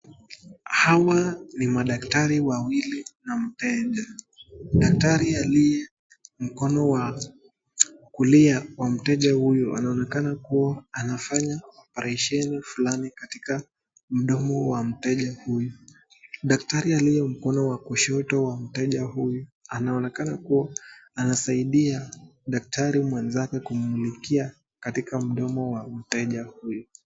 Hawa ni madaktari wawili. Daktari aliye mkono wa kulia wa mteja huyu anaonekana kua anafanya oparesheni fulani katika mdomo wa mteja huyu. Daktari aliye mkono wa kushoto wa mteja huyu anaonekana kua anasaidia daktari mwenzake kummulikia katika mdomo wa mteja huyu.